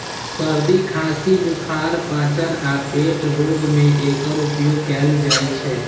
सर्दी, खांसी, बुखार, पाचन आ पेट रोग मे एकर उपयोग कैल जाइ छै